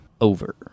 over